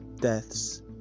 deaths